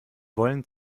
wollen